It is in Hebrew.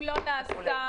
כך נאמר?